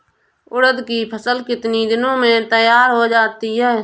उड़द की फसल कितनी दिनों में तैयार हो जाती है?